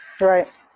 Right